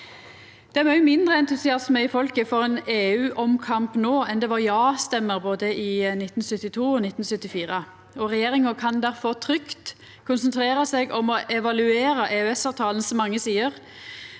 Det er mykje mindre entusiasme i folket for ein EUomkamp no enn det var ja-stemmer både i 1972 og i 1994. Regjeringa kan derfor trygt konsentrera seg om å evaluera EØS-avtalens mange sider